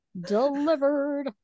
Delivered